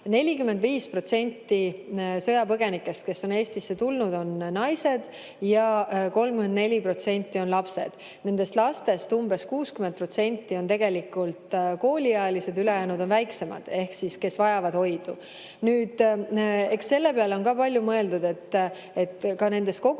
45% sõjapõgenikest, kes on Eestisse tulnud, on naised ja 34% on lapsed. Nendest lastest umbes 60% on tegelikult kooliealised, ülejäänud on väiksemad ehk need, kes vajavad hoidu. Eks selle peale on ka palju mõeldud. Nendes kogukondades,